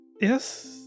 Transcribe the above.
Yes